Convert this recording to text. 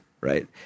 right